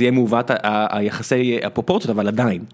יהיה מעוות היחסי הפרופורציות אבל עדיין.